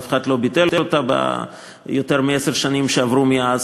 אף אחד לא ביטל אותה ביותר מעשר השנים שעברו מאז.